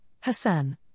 Hassan